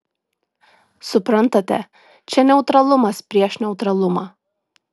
suprantate čia neutralumas prieš neutralumą